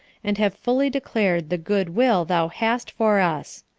and have fully declared the goodwill thou hast for us.